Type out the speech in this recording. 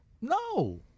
No